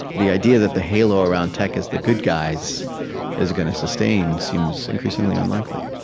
the idea that the halo around tech as the good guys is gonna sustain seems increasingly unlikely